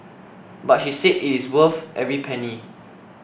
but she said it is worth every penny